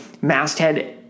masthead